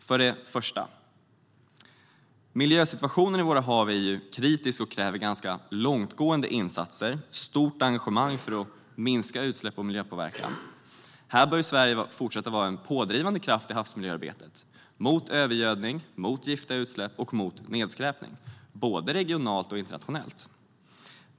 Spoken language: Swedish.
För det första: Miljösituationen i våra hav är kritisk och kräver ganska långtgående insatser och stort engagemang för att minska utsläpp och miljöpåverkan. Sverige bör här fortsätta vara en pådrivande kraft i havsmiljöarbetet, mot övergödning, mot giftiga utsläpp och mot nedskräpning - både regionalt och internationellt.